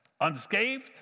Unscathed